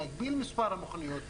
להגביל מספר מכוניות.